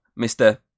Mr